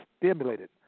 stimulated